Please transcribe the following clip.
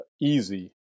easy